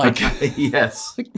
yes